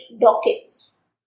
dockets